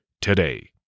today